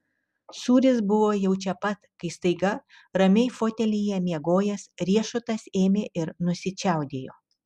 sūris buvo jau čia pat kai staiga ramiai fotelyje miegojęs riešutas ėmė ir nusičiaudėjo